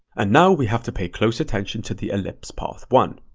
and now we have to pay close attention to the ellipse path one.